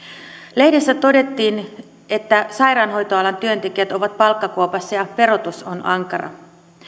lehdessä todettiin että sairaanhoitoalan työntekijät ovat palkkakuopassa ja verotus on ankaraa